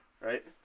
right